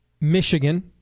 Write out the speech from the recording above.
Michigan